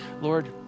Lord